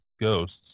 ghosts